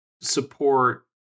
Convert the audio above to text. support